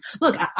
look